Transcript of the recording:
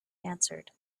answered